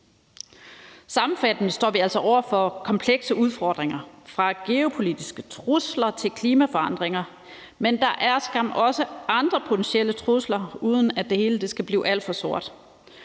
Sammenfattende vil jeg sige, at vi altså står over for komplekse udfordringer – fra geopolitiske trusler til klimaforandringer. Men der er skam også andre potentielle trusler, uden at det hele skal blive alt for sort.